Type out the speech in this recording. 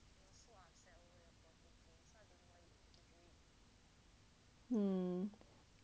hmm